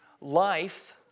life